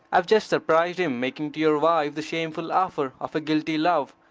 i've just surprised him making to your wife the shameful offer of a guilty love.